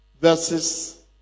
versus